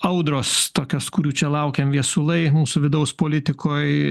audros tokios kurių čia laukiam viesulai mūsų vidaus politikoj